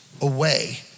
away